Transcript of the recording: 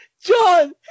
John